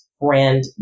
brand